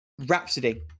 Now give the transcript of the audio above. Rhapsody